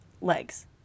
legs